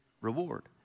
reward